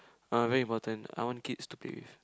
uh very important I want kids to play with